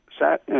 sat